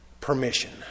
permission